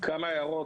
כמה הערות.